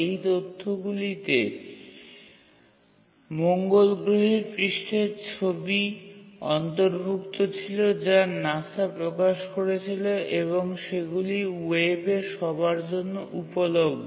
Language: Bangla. এই তত্থগুলিতে মঙ্গল গ্রহের পৃষ্ঠের ছবি অন্তর্ভুক্ত ছিল যা NASA প্রকাশ করেছিল এবং সেগুলি ওয়েবে সবার জন্য উপলভ্য